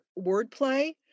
wordplay